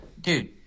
dude